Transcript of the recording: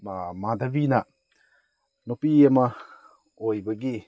ꯃꯥ ꯃꯥꯙꯕꯤꯅ ꯅꯨꯄꯤ ꯑꯃ ꯑꯣꯏꯕꯒꯤ